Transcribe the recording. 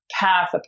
path